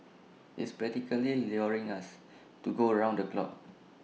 it's practically luring us to go round the clock